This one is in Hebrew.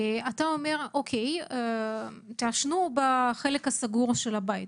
אתה אומר להם לעשן בחלק הסגור של הבית,